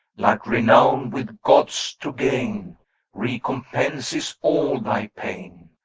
like renown with gods to gain recompenses all thy pain.